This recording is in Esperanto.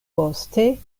poste